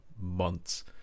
months